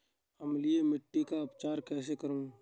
अम्लीय मिट्टी का उपचार कैसे करूँ?